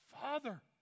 father